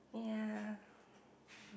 ya